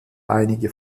einige